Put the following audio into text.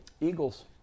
Eagles